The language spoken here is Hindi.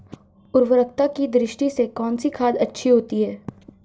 उर्वरकता की दृष्टि से कौनसी खाद अच्छी होती है?